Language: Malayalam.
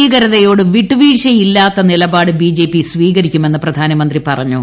ഭീകരതയോട് വിട്ടുവീഴ്ചയില്ലാത്ത നിലപാട് ബിജെപി സ്വീകരിക്കുമെന്ന് പ്രധാനമന്ത്രി പറഞ്ഞു